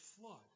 flood